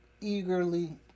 eagerly